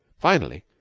finally,